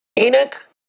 Enoch